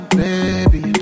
baby